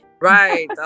Right